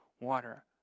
water